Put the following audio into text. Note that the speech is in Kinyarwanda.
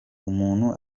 umuntu